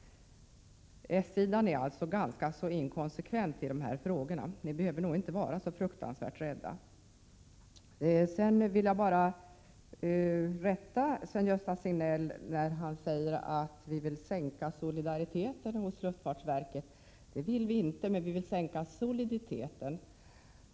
S-sidan är alltså ganska så inkonsekvent i de här frågorna — ni behöver nog inte vara så fruktansvärt rädda. Jag vill bara rätta Sven-Gösta Signells uttalande att vi vill sänka solidariteten vid luftfartsverket. Det vill vi inte, men vi vill sänka soliditeten.